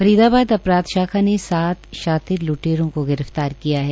फरीदाबाद अपराध शाखा ने सात शातिर ल्टेरों का गिर फ्तार किया है